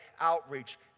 outreach